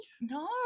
No